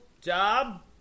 Job